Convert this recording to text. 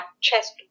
chest